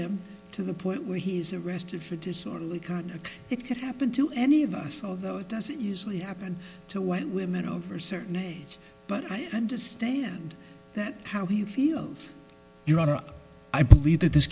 him to the point where he's arrested for disorderly conduct it could happen to any of us although it doesn't usually happen to white women over certain age but i understand that how he feels your honor i believe that this